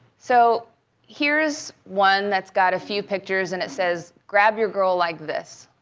so here is one that's got a few pictures and it says, grab your girl like this,